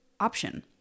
option